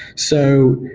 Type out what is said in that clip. so,